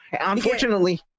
Unfortunately